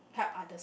help others